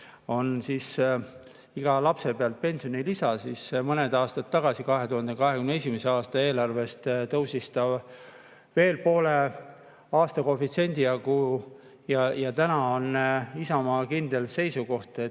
on iga lapse pealt pensionilisa, siis mõned aastad tagasi, 2021. aasta eelarves tõusis ta veel poole aastakoefitsiendi jagu. Täna on Isamaa kindel seisukoht,